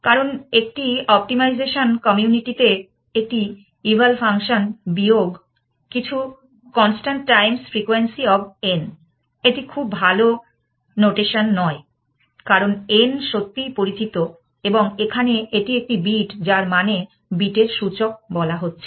কারণ একটি optimization community তে একটি ইভাল ফাংশন বিয়োগ কিছু constant times frequency of n এটি খুব ভাল নোটেশন নয় কারণ n সত্যিই পরিচিত এবং এখানে এটি একটি বিট যার মানে বিটের সূচক বলা হচ্ছে